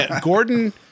Gordon